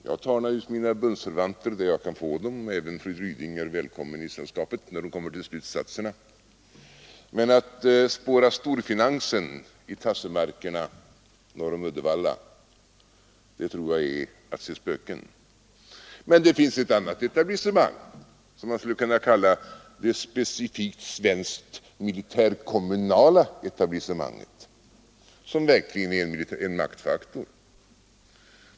Jag tar naturligtvis mina bundsförvanter där jag kan få dem — även fru Ryding är välkommen i sällskapet. Men att spåra storfinansen i tassemarkerna norr om Uddevalla tror jag är att se spöken. Men det finns ett annat etablissemang, som man skulle kunna kalla det specifikt svenska militärkommunala etablissemanget, som verkligen är en maktfaktor.